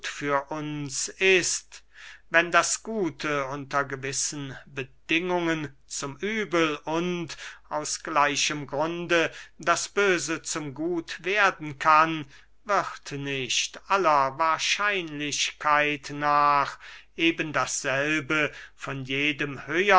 für uns ist wenn das gute unter gewissen bedingungen zum übel und aus gleichem grunde das böse zum gut werden kann wird nicht aller wahrscheinlichkeit nach eben dasselbe von jedem höhern